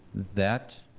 that,